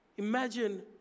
Imagine